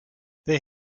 they